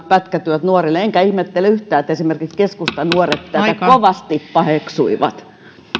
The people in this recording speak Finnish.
pätkätyöt nuorille enkä ihmettele yhtään että esimerkiksi keskustanuoret tätä kovasti paheksui